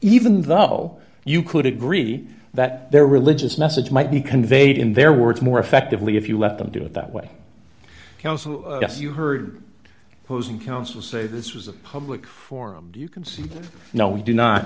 even though you could agree that their religious message might be conveyed in their words more effectively if you let them do it that way yes you heard posing council say this was a public forum you can see no we do not